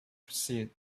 proceed